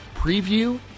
preview